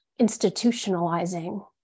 institutionalizing